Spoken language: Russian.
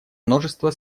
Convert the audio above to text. множество